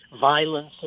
violence